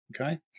okay